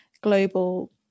global